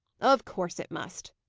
of course it must,